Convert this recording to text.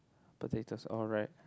potatoes all right